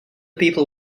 people